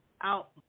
out